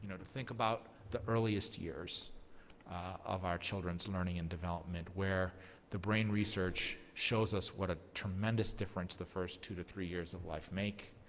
to think about the earliest years of our children's learning and development, where the brain research shows us what a tremendous difference the first two to three years of life make,